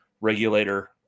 regulator